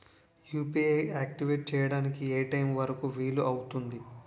UPI activate చెయ్యడానికి ఏ time వరుకు వీలు అవుతుంది?